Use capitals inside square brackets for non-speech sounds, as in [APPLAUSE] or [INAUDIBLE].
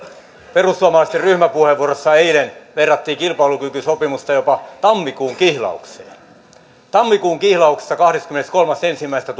perussuomalaisten ryhmäpuheenvuorossa eilen verrattiin kilpailukykysopimusta jopa tammikuun kihlaukseen tammikuun kihlauksessa kahdeskymmeneskolmas ensimmäistä [UNINTELLIGIBLE]